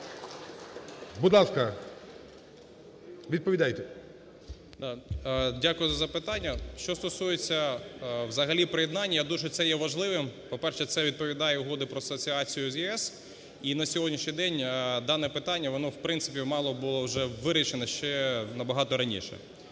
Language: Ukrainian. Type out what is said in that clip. Дякую за запитання. Що стосується взагалі приєднання, я думаю, що це є важливим. По-перше, це відповідає Угоді про асоціацію з ЄС. І на сьогоднішній день дане питання, воно в принципі мало бути вже вирішене ще набагато раніше.